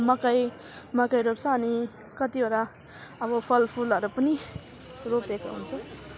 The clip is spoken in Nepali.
मकै मकै रोप्छ अनि कतिवटा अब फलफुलहरू पनि रोपेको हुन्छ